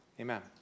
Amen